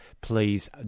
please